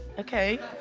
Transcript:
okay.